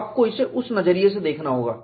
आपको इसे उस नजरिए से देखना होगा